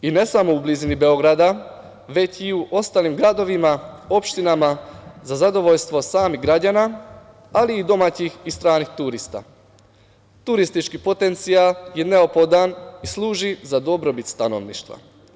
I ne samo u blizini Beograda, već i u ostalim gradovima, opštinama za zadovoljstvo samih građana, ali i domaćih i stranih turista, turistički potencijal je neophodan i služi za dobrobit stanovništva.